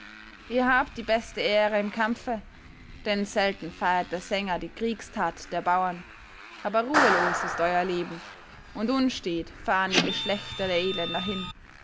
ihr habt die beste ehre im kampfe denn selten feiert der sänger die kriegstat der bauern aber ruhelos ist euer leben und unstet fahren die geschlechter der edlen dahin